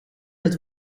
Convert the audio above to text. het